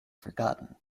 forgotten